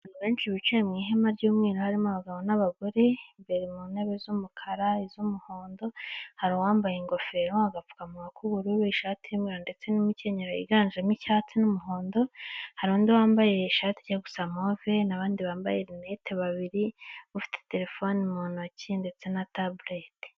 Ni benshi bicaye mu ihema ry'umweru harimo abagabo n'abagore, imbere mu ntebe z'umukara iz'umuhondo, hari uwambaye ingofero, agapfukamunwa k'ubururu ishati y'umwera ndetse n'imikenyero yiganjemo icyatsi n'umuhondo, hari undi wambaye ishati ijya gusa move n'abandi bambaye rinete babiri bafite terefone mu ntoki ndetse na tabulete.